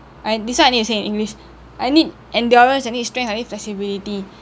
I this one I need to say in english I need endurance I need strength I need flexibility